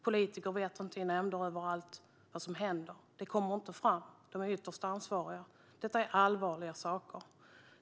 Politiker i nämnder vet inte vad som händer - det kommer inte fram. De är ytterst ansvariga. Detta är allvarligt.